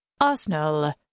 Arsenal